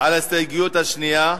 על ההסתייגות השנייה.